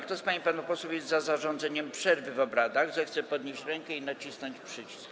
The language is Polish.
Kto z pań i panów posłów jest za zarządzeniem przerwy w obradach, zechce podnieść rękę i nacisnąć przycisk.